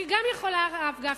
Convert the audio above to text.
אני גם יכולה, הרב גפני,